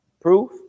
Proof